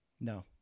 No